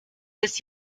des